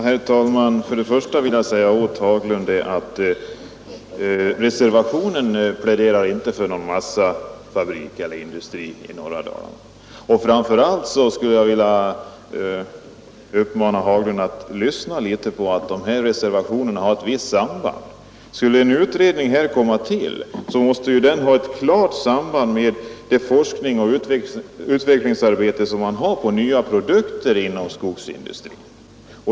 Herr talman! Först och främst vill jag säga till herr Haglund att reservationen inte pläderar för någon massafabrik eller annan traditionell industri i norra Dalarna. Framför allt vill jag uppmana honom att uppmärksamma att dessa reservationer har något gemensamt. Skulle en utredning komma till, måste den ha ett klart samband med det ningsoch utvecklingsarbete som bedrivs på nya produkter inom skogsindustrin.